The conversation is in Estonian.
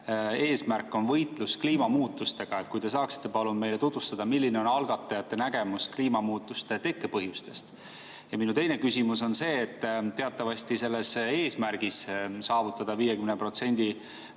eesmärk on võitlus kliimamuutustega. Kas te saaksite palun meile tutvustada, milline on algatajate nägemus kliimamuutuste tekkepõhjustest? Minu teine küsimus on see, et teatavasti selles eesmärgis saavutada 50%